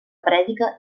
prèdica